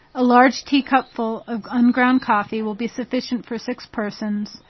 a large tea-cupful of unground coffee will be sufficient for six persons,